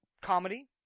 Comedy